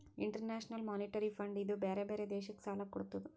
international monetary fund ಇದೂ ಬ್ಯಾರೆ ಬ್ಯಾರೆ ದೇಶಕ್ ಸಾಲಾ ಕೊಡ್ತುದ್